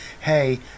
Hey